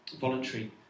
voluntary